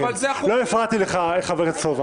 אבל אלה --- לא הפרעתי לך, חבר הכנסת סובה.